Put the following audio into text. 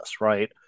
right